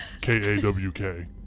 k-a-w-k